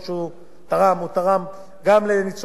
הוא תרם גם לניצולי שואה, גם לנזקקים, גם לזקנים.